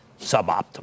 suboptimal